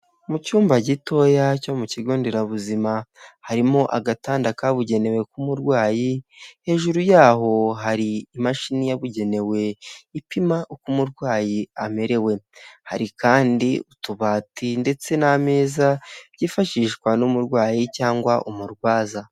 Mu cyumba gitoya cyo mu kigo nderabuzima, harimo agatanda kabugenewe k'umurwayi, hejuru yaho hari imashini yabugenewe, ipima uko umurwayi amerewe, hari kandi utubati ndetse n'ameza byifashishwa n'umurwayi cyangwa umurwaza.